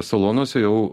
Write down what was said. salonuose jau